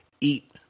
eat